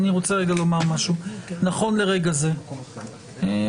בחוק הדיוור האקלטרוני אני מתקשה לרדת לסוף עמדתכם המקצועית,